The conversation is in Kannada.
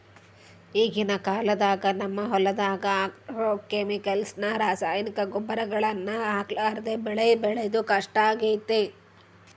ಈಗಿನ ಕಾಲದಾಗ ನಮ್ಮ ಹೊಲದಗ ಆಗ್ರೋಕೆಮಿಕಲ್ಸ್ ನ ರಾಸಾಯನಿಕ ಗೊಬ್ಬರಗಳನ್ನ ಹಾಕರ್ಲಾದೆ ಬೆಳೆ ಬೆಳೆದು ಕಷ್ಟಾಗೆತೆ